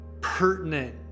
pertinent